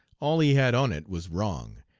all he had on it was wrong,